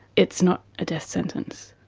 it's not a death sentence.